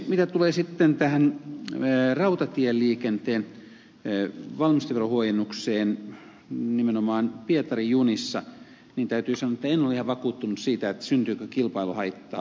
mitä tulee sitten tähän rautatieliikenteen valmisteverohuojennukseen nimenomaan pietarin junissa niin täytyy sanoa että en ole ihan vakuuttunut siitä syntyykö kilpailuhaittaa